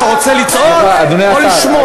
אתה רוצה לצעוק או לשמוע?